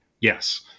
yes